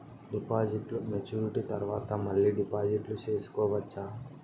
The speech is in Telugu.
డిపాజిట్లు మెచ్యూరిటీ తర్వాత మళ్ళీ డిపాజిట్లు సేసుకోవచ్చా?